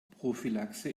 prophylaxe